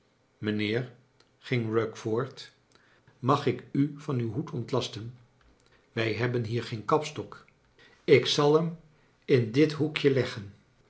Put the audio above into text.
mijnheer ging pugg voort mag ik u van uw hoed ontlasten wrj hebben hier geen kapstok ik zal hem in dit hoekje leggen